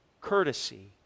courtesy